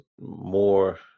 more